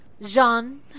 Jean